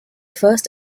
first